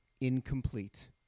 incomplete